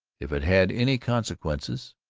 if it had any consequences,